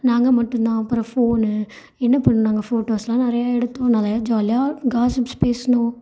நாங்கள் மட்டுந்தான் அப்புறம் ஃபோன் என்ன பண்ணாங்க ஃபோட்டோஸ்லாம் நிறைய எடுத்தோம் நிறைய ஜாலியாக காஸ்ஸுப்ஸ் பேசினோம்